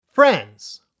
Friends